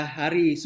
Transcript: hari